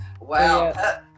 Wow